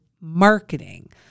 marketing